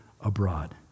abroad